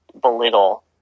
belittle